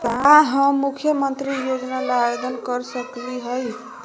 का हम मुख्यमंत्री योजना ला आवेदन कर सकली हई?